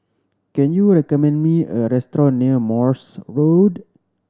can you recommend me a restaurant near Morse Road